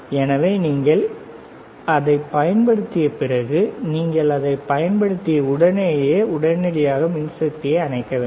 எனவே நீங்கள் அதைப் பயன்படுத்திய பிறகு நீங்கள் அதைப் பயன்படுத்திய உடனேயே உடனடியாக மின்சக்தியை அணைக்க வேண்டும்